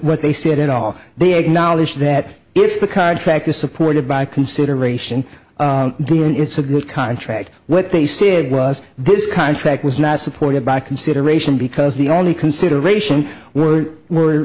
what they said at all they acknowledge that if the contract is supported by consideration when it's a good contract what they said was this contract was not supported by consideration because the only consideration were were